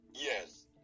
Yes